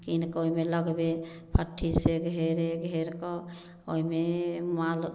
कीनिकऽ ओहिमे लगबे फट्ठी से घेरे घेर कऽ ओहिमे नहि माल